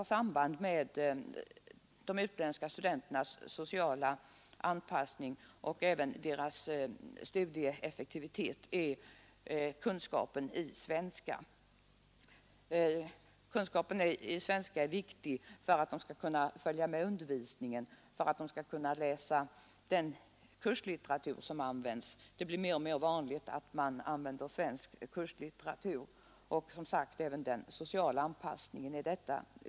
Av betydelse för de utländska studenternas sociala anpassning och studieeffektivitet är deras kunskap i svenska. Denna är viktig för att de skall kunna följa med undervisningen, läsa den kurslitteratur som används det blir mer och mer vanligt att man använder svensk kurslitteratur och den är som sagt angelägen även för den sociala anpassningen.